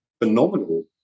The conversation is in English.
phenomenal